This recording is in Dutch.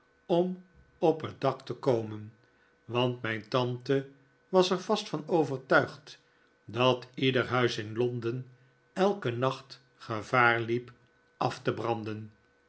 om op het dak te komen want mijn tante was er vast van overtuigd dat ieder huis in londen elken nacht gevaar liep af te branden